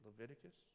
leviticus